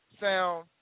sound